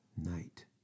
night